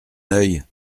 œil